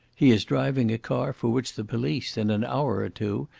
he is driving a car for which the police in an hour or two,